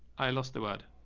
i lost the word.